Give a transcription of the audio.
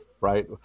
Right